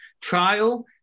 trial